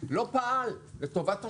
לא פעל לטובת השוק.